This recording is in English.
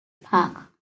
park